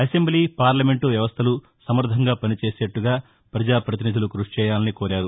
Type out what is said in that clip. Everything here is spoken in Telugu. అసెంబ్లీ పార్లమెంటు వ్యవస్థలు సమర్ణంగా పనిచేసేట్టుగా ప్రజా ప్రతినిధులుగా కృషి చేయాలని కోరారు